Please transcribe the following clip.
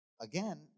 again